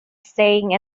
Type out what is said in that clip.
staying